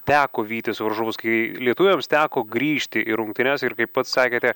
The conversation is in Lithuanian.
teko vytis varžovus kai lietuviams teko grįžti į rungtynes ir kaip pats sakėte